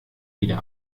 wieder